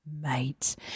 Mate